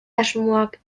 asmoak